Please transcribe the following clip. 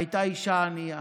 הייתה אישה ענייה